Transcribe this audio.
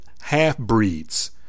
half-breeds